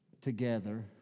together